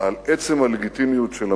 על עצם הלגיטימיות של המדינה,